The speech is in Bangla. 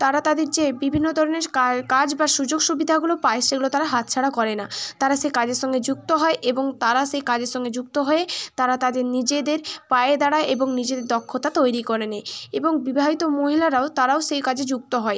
তারা তাদের যে বিভিন্ন ধরনের কাজ বা সুযোগ সুবিধাগুলো পায় সেগুলো তারা হাতছাড়া করে না তারা সে কাজের সঙ্গে যুক্ত হয় এবং তারা সেই কাজের সঙ্গে যুক্ত হয়ে তারা তাদের নিজেদের পায়ে দাঁড়ায় এবং নিজেদের দক্ষতা তৈরি করে নেয় এবং বিবাহিত মহিলারও তারাও সেই কাজে যুক্ত হয়